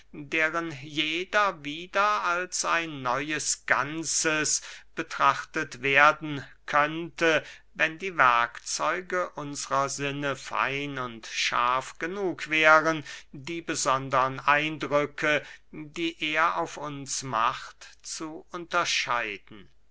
deren jeder wieder als ein neues ganzes betrachtet werden könnte wenn die werkzeuge unsrer sinne fein und scharf genug wären die besondern eindrücke die er auf uns macht zu unterscheiden